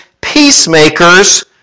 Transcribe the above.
Peacemakers